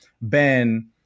Ben